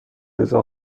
رضا